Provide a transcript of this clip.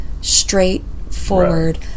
straightforward